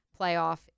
playoff